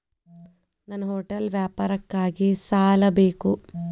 ನನ್ನ ಹೋಟೆಲ್ ವ್ಯಾಪಾರಕ್ಕಾಗಿ ಸಾಲ ಬೇಕು